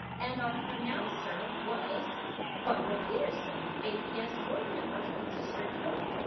and our pronouncer was barbara petersen, aps board member, district four.